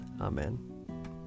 Amen